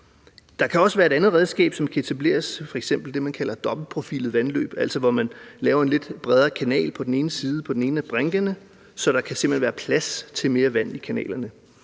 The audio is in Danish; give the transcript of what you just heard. Der kan også være et andet virkemiddel, som kan etableres, nemlig det, man kalder dobbeltprofilvandløb, hvor man altså laver en lidt bredere kanal på den ene af brinkerne, så der simpelt hen bliver plads til mere vand i kanalerne.